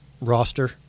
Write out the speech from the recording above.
roster